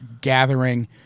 gathering